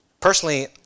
Personally